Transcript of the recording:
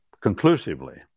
conclusively